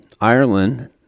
Ireland